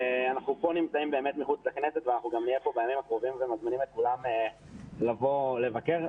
אנחנו פה נמצאים מחוץ לכנסת ואתם מוזמנים לבוא לבקר.